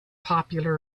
popular